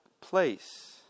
place